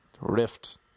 Rift